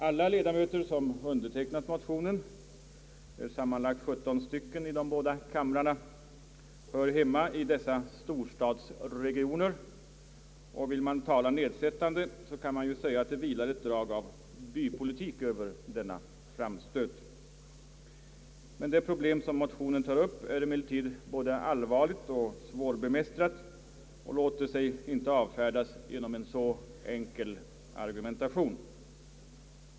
Alla de ledamöter som undertecknat motionen — det är sammanlagt 17 stycken i de båda kamrarna — hör hemma i dessa storstadsregioner, och vill man tala nedsättande, kan man säga att det vilar ett drag av bypolitik över denna framstöt. Det problem motionen tar upp är emellertid både allvarligt och svårbemästrat och låter sig inte avfärdas genom en så enkel argumentation.